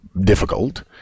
difficult